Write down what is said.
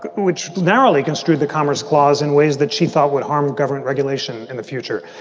which narrowly construed the commerce clause in ways that she thought would harm government regulation in the future.